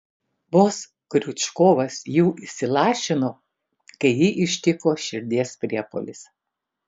vos kriučkovas jų įsilašino kai jį ištiko širdies priepuolis